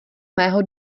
mého